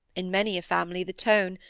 in many a family the tone,